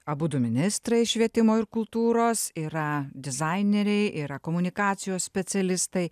abudu ministrai švietimo ir kultūros yra dizaineriai yra komunikacijos specialistai